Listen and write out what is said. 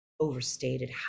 overstated